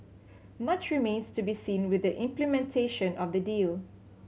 much remains to be seen with the implementation of the deal